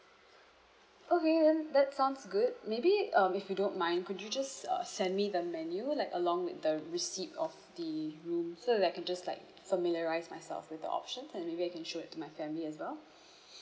okay then that sounds good maybe um if you don't mind could you just uh send me the menu like along with the receipt of the room so that I can just like familiarise myself with the options then maybe I can show it to my family as well